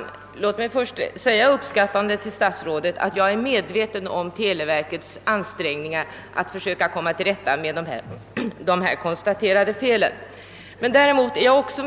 Herr talman! Ja, herr statsråd, jag är medveten om och uppskattar mycket televerkets ansträngningar att rätta till de fel som konstateras. Men jag vet också